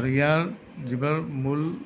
আৰু ইয়াৰ যিবোৰ মূল